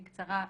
בקצרה,